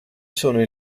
sono